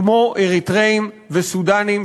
כמו אריתריאים וסודאנים,